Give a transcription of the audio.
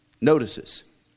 notices